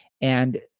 And-